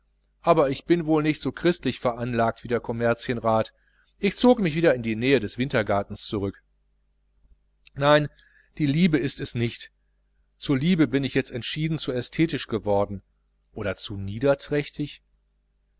aber ich bin wohl nicht so christlich veranlagt wie der commerzienrat ich zog mich wieder in die nähe des wintergartens zurück nein die liebe ist es nicht zur liebe bin ich jetzt entschieden zu ästhetisch geworden oder zu niederträchtig